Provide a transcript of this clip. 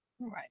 Right